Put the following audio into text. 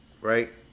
right